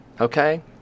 Okay